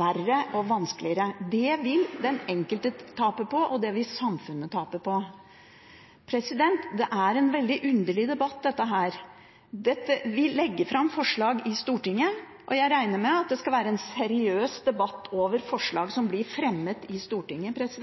verre og vanskeligere. Det vil den enkelte tape på, og det vil samfunnet tape på. Det er en veldig underlig debatt dette. Vi legger fram forslag i Stortinget, og jeg regner med at det skal være en seriøs debatt over forslag som blir fremmet i Stortinget,